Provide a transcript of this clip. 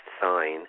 sign